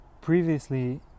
previously